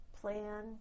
plan